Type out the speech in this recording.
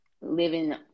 living